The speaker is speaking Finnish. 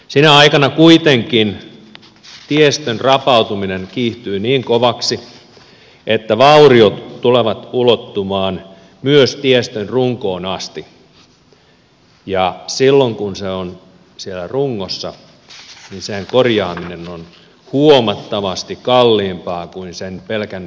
sinä aikana kuitenkin tiestön rapautuminen kiihtyy niin kovaksi että vauriot tulevat ulottumaan myös tiestön runkoon asti ja silloin kun ne ovat siellä rungossa sen korjaaminen on huomattavasti kalliimpaa kuin sen pelkän pinnoitteen korjaaminen